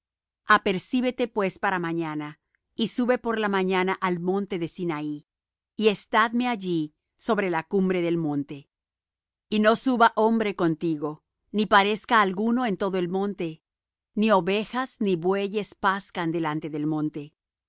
apercíbete pues para mañana y sube por la mañana al monte de sinaí y estáme allí sobre la cumbre del monte y no suba hombre contigo ni parezca alguno en todo el monte ni ovejas ni bueyes pazcan delante del monte